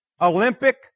Olympic